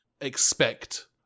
expect